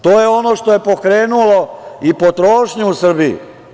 To je ono što je pokrenulo i potrošnju u Srbiji.